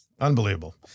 Unbelievable